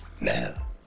now